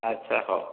ଆଚ୍ଛା ହଉ